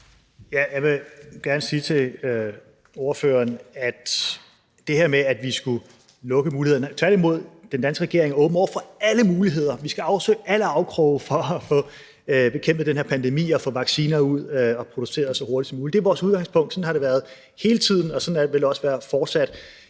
jeg gerne sige til hr. Christian Juhl: Tværtimod, den danske regering er åben over for alle muligheder. Vi skal afsøge alle afkroge for at få bekæmpet den her pandemi, få vacciner ud og få dem produceret så hurtigt som muligt. Det er vores udgangspunkt. Sådan har det været hele tiden, og sådan vil det også være fortsat.